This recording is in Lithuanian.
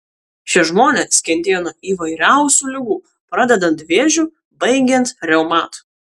šie žmonės kentėjo nuo įvairiausių ligų pradedant vėžiu baigiant reumatu